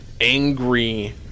Angry